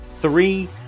three